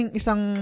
isang